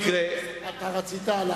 הם רציניים.